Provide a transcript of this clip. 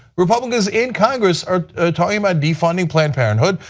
republicans in congress are talking about defunding planned parenthood,